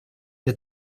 для